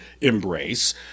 embrace